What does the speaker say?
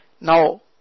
Now